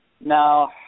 No